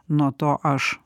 nuo to aš